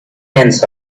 tenths